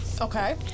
Okay